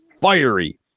fiery